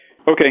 Okay